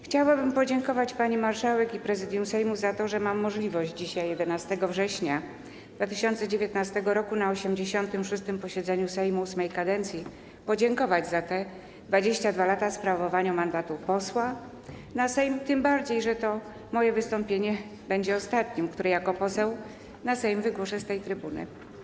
Chciałabym podziękować pani marszałek i Prezydium Sejmu za to, że mam możliwość dzisiaj, 11 września 2019 r., na 86. posiedzeniu Sejmu VIII kadencji podziękować za te 22 lata sprawowania mandatu posła na Sejm, tym bardziej że to moje wystąpienie będzie ostatnim, które jako poseł na Sejm wygłoszę z tej trybuny.